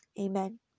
Amen